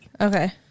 Okay